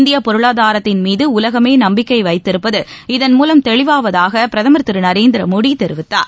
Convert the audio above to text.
இந்திய பொருளாதாரத்தின் மீது உலகமே நம்பிக்கை வைத்திருப்பது இதன்மூவம் தெளிவாவதாக பிரதமர் திரு நரேந்திர மோடி கூறினார்